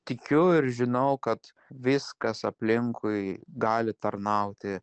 tikiu ir žinau kad viskas aplinkui gali tarnauti